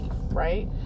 right